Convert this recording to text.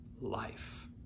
life